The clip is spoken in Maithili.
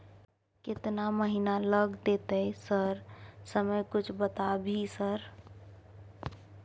केतना महीना लग देतै सर समय कुछ बता भी सर?